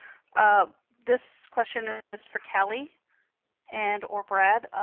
ah this question is for calli and or brad.